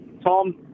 Tom